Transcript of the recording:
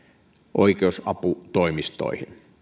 oikeusaputoimistoihin